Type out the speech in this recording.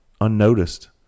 unnoticed